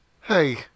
Hey